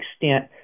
extent